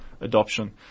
adoption